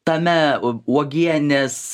tame uogienės